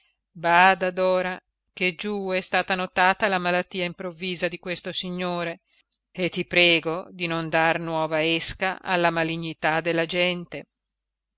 parole bada dora che giù è stata notata la malattia improvvisa di questo signore e ti prego di non dar nuova esca alla malignità della gente